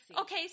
Okay